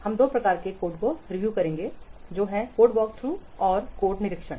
हम दो प्रकार के कोड को रिव्यू करेंगे जो है कोड वॉकथ्रू और कोड निरीक्षण